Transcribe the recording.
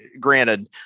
granted